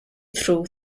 through